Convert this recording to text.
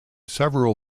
several